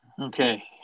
Okay